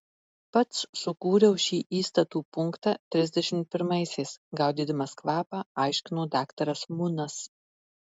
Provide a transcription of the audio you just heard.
pats sukūriau šį įstatų punktą trisdešimt pirmaisiais gaudydamas kvapą aiškino daktaras munas